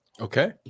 Okay